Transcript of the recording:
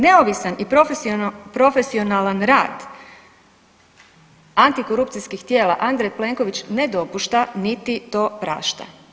Neovisan i profesion, profesionalan rad antikorupcijskih tijela, Andrej Plenković ne dopušta niti to prašta.